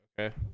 okay